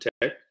Tech